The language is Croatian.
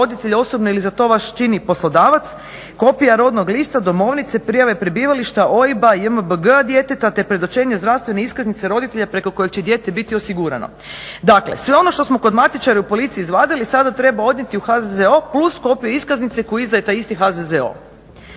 roditelj osobno ili za vas to čini poslodavac kopija rodnog lista, domovnice, prijave prebivališta, OIB-a, JMBG-a djeteta te predočenje zdravstvene iskaznice roditelja preko kojeg će dijete biti osigurano. Dakle, sve ono što smo kod matičara i u policiji izvadili sada treba odnijeti u HZZO plus kopiju iskaznice koju izdaje taj isti HZZO.